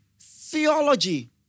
theology